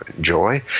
Joy